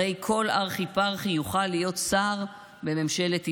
הרי כל ארחי-פרחי יוכל להיות שר בממשלת ישראל.